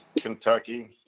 Kentucky